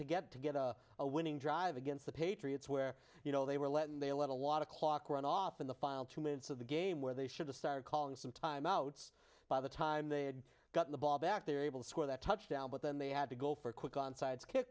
to get to get a a winning drive against the patriots where you know they were let in they let a lot of clock run off in the final two minutes of the game where they should have started calling some time outs by the time they had gotten the ball back they're able to score that touchdown but then they had to go for quick onsides ki